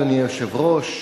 אדוני היושב-ראש,